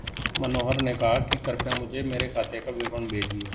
मनोहर ने कहा कि कृपया मुझें मेरे खाते का विवरण भेजिए